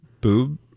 boob